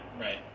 right